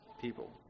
people